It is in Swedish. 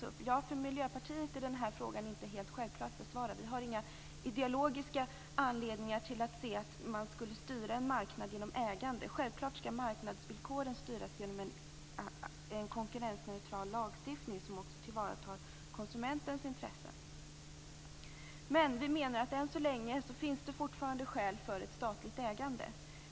Ja, för Miljöpartiet är den här frågan inte helt självklar att besvara. Vi har inga ideologiska skäl att anse att man skulle styra en marknad genom ägande. Självklart skall marknadsvillkoren styras genom konkurrensneutral lagstiftning, som också tillvaratar konsumenternas intressen. Men vi menar att det än så länge fortfarande finns skäl för ett statligt ägande.